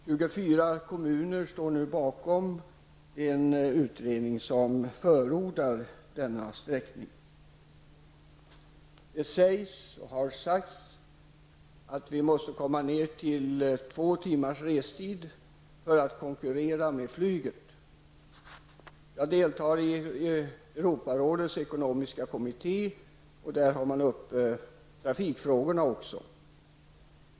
24 kommuner står nu bakom en utredning som förordar denna sträckning. Det har sagts att vi måste komma ned till två timmars restid på sträckan Göteborg --Oslo för att konkurrera med flyget. Jag deltar i Europarådets ekonomiska kommitté, och där har man också trafikfrågor på dagordningen.